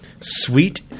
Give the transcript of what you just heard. Sweet